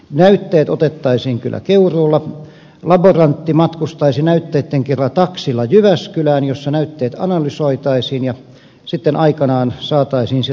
näytteet otettaisiin kyllä keuruulla laborantti matkustaisi näytteitten kera taksilla jyväskylään jossa näytteet analysoitaisiin ja sitten aikanaan saataisiin sieltä tulokset